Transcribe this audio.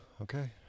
Okay